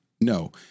No